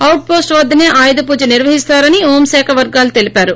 out post వద్దసే ఆయుధ పూజ నిర్వహిస్తారని హోంశాఖ వర్గాలు తెలిపారు